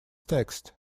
text